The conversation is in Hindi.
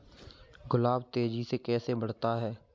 गुलाब तेजी से कैसे बढ़ता है?